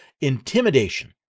Intimidation